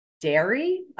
dairy